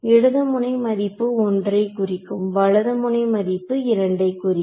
இடது முனை மதிப்பு ஒன்றைக் குறிக்கும் வலது முனை மதிப்பு இரண்டைக் குறிக்கும்